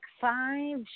five